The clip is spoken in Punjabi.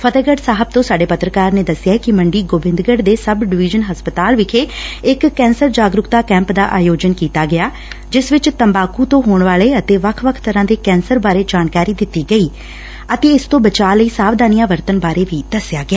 ਫਤਹਿਗੜ ਸਾਹਿਬ ਤੋਂ ਸਾਡੇ ਪੱਤਰਕਾਰ ਨੇ ਦਸਿਐ ਕਿ ਮੰਡੀ ਗੋਬਿੰਦਗੜ ਦੇ ਸਭ ਡਵੀਜ਼ਨ ਹਸਪਤਾਲ ਵਿਖੇ ਇਕ ਕੈਸਰ ਜਾਗਰੁਕਤਾ ਕੈਪ ਦਾ ਆਯੋਜਿਨ ਕੀਤਾ ਗਿਆ ਜਿਸ ਵਿਚ ਤੰਬਾਕੁ ਤੋਂ ਹੋਣ ਵਾਲੇ ਅਤੇ ਵੱਖ ਵੱਖ ਤਰ੍ਹਾਂ ਦੇ ਕੈਂਸਰ ਬਾਰੇ ਜਾਣਕਾਰੀ ਦਿੱਤੀ ਗਈ ਅਤੇ ਇਸ ਤੋਂ ਬਚਾਅ ਲਈ ਸਾਵਧਾਨੀਆਂ ਵਰਤਣ ਬਾਰੇ ਵੀ ਦਸਿਆ ਗਿਆ